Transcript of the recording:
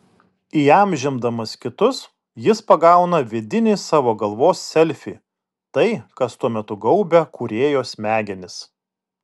įamžindamas kitus jis pagauna vidinį savo galvos selfį tai kas tuo metu gaubia kūrėjo smegenis